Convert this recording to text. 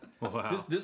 Wow